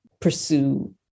pursue